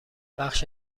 بخش